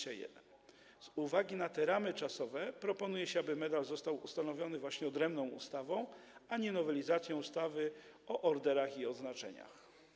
Z uwagi na te ramy czasowe proponuje się, aby medal został ustanowiony właśnie odrębną ustawą, a nie nowelizacją ustawy o orderach i odznaczeniach.